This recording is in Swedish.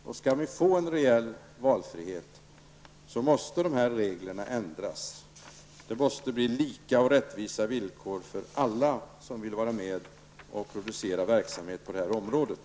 För att få reell valfrihet måste reglerna ändras. Det måste vara lika och rättvisa villkor för alla som vill vara med och producera verksamhet på det här området.